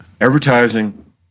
Advertising